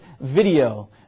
video